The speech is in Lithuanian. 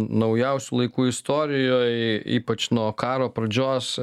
naujausių laikų istorijoj ypač nuo karo pradžios